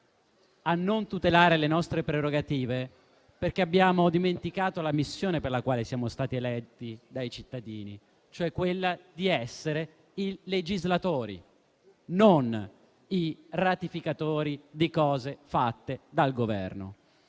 a non tutelare le nostre prerogative, perché abbiamo dimenticato la missione per la quale siamo stati eletti dai cittadini, cioè quella di essere i legislatori, non i ratificatori di cose fatte dal Governo.